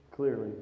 Clearly